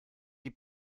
die